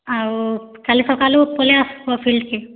ଆଉ କାଲି ସକାଲୁ ପଲେଇ ଆସ୍ବ ଫିଲ୍ଡ୍କେ